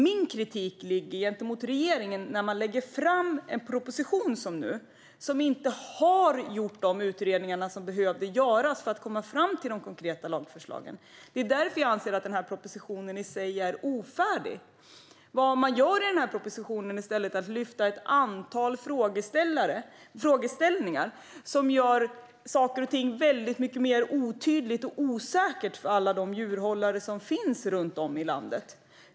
Min kritik mot regeringen är att man lägger fram en proposition utan att de utredningar har gjorts som behövde göras för att komma fram till de konkreta lagförslagen. Det är därför som jag anser att propositionen i sig är ofärdig. Vad man i stället gör i propositionen är att lyfta fram ett antal frågeställningar som gör att saker och ting blir väldigt mycket mer otydligt och osäkert för alla djurhållare runt om i landet.